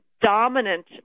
dominant